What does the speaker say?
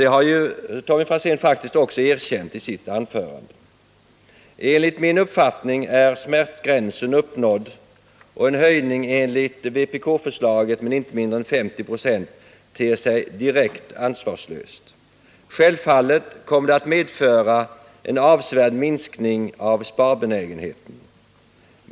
Det har Tommy Franzén faktiskt också erkänt i sitt anförande. Enligt min uppfattning är smärtgränsen uppnådd, och en skattehöjning enligt vpkförslaget med inte mindre än 50 96 ter sig direkt ansvarslös. Självfallet kommer detta att medföra en avsevärd minskning av sparbenägenheten.